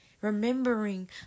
Remembering